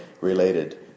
related